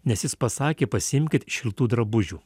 nes jis pasakė pasiimkit šiltų drabužių